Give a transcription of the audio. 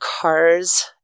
cars